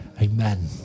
Amen